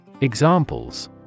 Examples